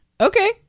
Okay